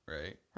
right